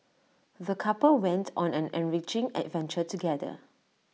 the couple went on an enriching adventure together